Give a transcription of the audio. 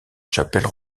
chapelle